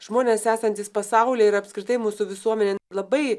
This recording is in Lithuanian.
žmonės esantys pasauly ir apskritai mūsų visuomenė labai